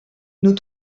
nos